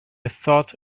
thought